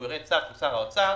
הוא יראה צו של שר האוצר